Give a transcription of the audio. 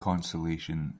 consolation